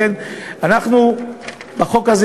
לכן אנחנו נתמוך היום בחוק הזה,